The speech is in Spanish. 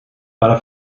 para